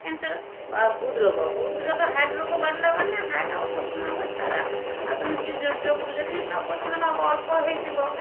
cancer ଆଉ ହୃଦରୋଗ ହୃଦରୋଗ ହାର୍ଟ ରୋଗ ବାହାରିଲା ମାନେ ହାର୍ଟ ଅପରେସନ୍ ହେବା ସାରା ଆଉ ତୁମେ ଟିକିଏ ଯୋ ଯୋଗୁ ଯଦି ନ ଅପରେସନ୍ ନହେବ ଅଳ୍ପ ହେଇଥିବ